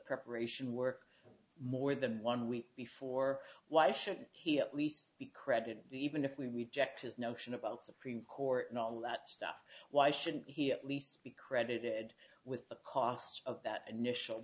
preparation work more than one week before why should he at least be credited even if we reject his notion about supreme court and all that stuff why shouldn't he at least be credited with the cost of that initial